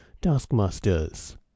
taskmasters